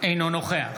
אינו נוכח